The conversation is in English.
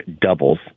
doubles